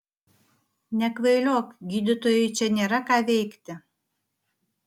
nekvailiok gydytojui čia nėra ką veikti